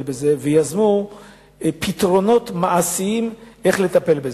בזה ויזמו פתרונות מעשיים איך לטפל בזה.